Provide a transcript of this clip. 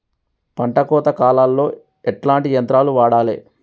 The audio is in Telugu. పంట కోత కాలాల్లో ఎట్లాంటి యంత్రాలు వాడాలే?